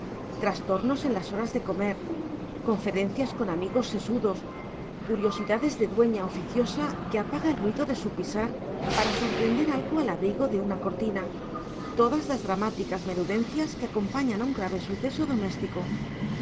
trastornos en las horas de comer conferencias con amigos sesudos curiosidades de dueña oficiosa que apaga el ruido de su pisar para sorprender algo al abrigo de una cortina todas las dramáticas menudencias que acompañan a un grave suceso doméstico